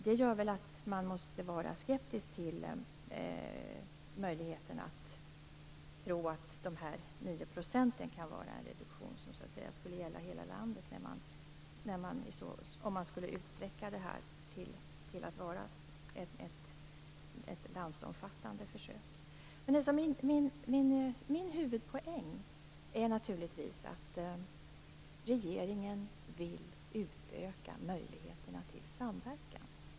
Det gör att man måste vara skeptisk till möjligheten att dessa 9 % skulle vara en reduktion som gäller hela landet, om man utsträcker detta till ett landsomfattande försök. Min huvudpoäng är naturligtvis att regeringen vill utöka möjligheterna till samverkan.